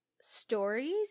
stories